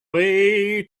way